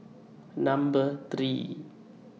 Number three